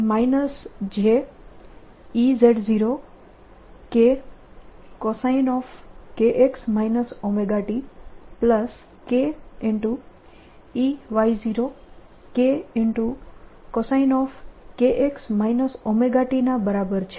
જે jEz0kcoskx ωtkEy0kcoskx ωt ના બરાબર છે